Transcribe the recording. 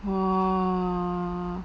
!whoa!